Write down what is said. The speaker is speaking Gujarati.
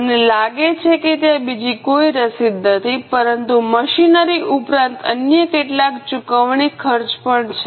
મને લાગે છે કે ત્યાં બીજી કોઈ રસીદ નથી પરંતુ મશીનરી ઉપરાંત અન્ય કેટલાક ચુકવણી ખર્ચ પણ છે